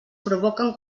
provoquen